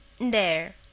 There